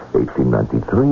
1893